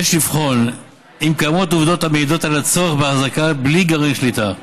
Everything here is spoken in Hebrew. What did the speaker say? יש לבחון אם קיימות עובדות המעידות על הצורך בהחזקה בלי גרעין שליטה.